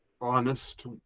honest